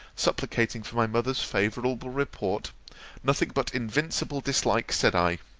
supplicating for my mother's favourable report nothing but invincible dislike, said i